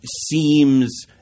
seems